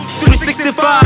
365